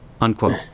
unquote